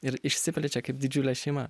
ir išsiplečia kaip didžiulė šeima